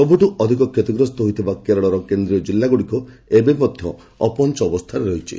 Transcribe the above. ସବୁଠୁ ଅଧିକ କ୍ଷତିଗ୍ରସ୍ତ ହୋଇଥିବା କେରଳର କେନ୍ଦ୍ରୀୟ ଜିଲ୍ଲାଗୁଡ଼ିକ ଏବେ ମଧ୍ୟ ଅପହଞ୍ଚ ଅବସ୍ଥାରେ ରହିଛି